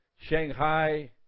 Shanghai